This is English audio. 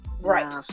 Right